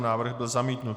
Návrh byl zamítnut.